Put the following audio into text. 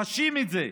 חשים את זה,